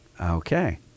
Okay